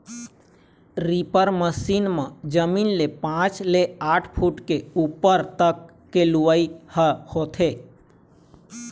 reaper machine म जमीन ले पाँच ले आठ फूट के उप्पर तक के लुवई ह होथे